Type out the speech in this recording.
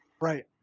Right